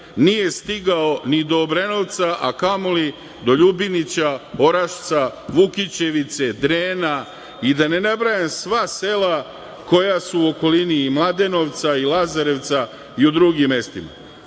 nije stigao ni do Obrenovca, a kamoli do Ljubinjića, Orašca, Vukićevice, Drena i da ne nabrajam sva sela koja su u okolini i Mladenovca i Lazarevca i u drugim mestima. Čak